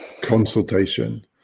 consultation